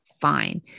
fine